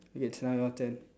it's now your turn